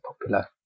popular